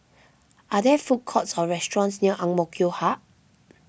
are there food courts or restaurants near Ang Mo Kio Hub